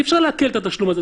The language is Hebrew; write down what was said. אי-אפשר לעקל את התשלום הזה.